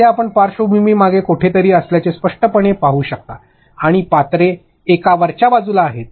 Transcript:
येथे आपण पार्श्वभूमी मागे कुठे तरी असल्याचे स्पष्टपणे पाहू शकता आणि पात्रे एका वरच्या बाजूस आहेत